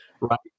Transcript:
right